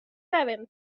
seven